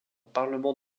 parlement